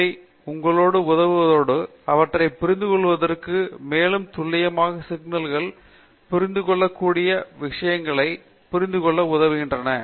இவை உங்களுக்கு உதவுவதோடு அவற்றைப் புரிந்துகொள்வதற்கும் மேலும் துல்லியமாக சிக்கல்களைப் புரிந்து கொள்ளக்கூடிய சில விஷயங்களைப் புரிந்துகொள்வதற்கும் உதவுகின்றன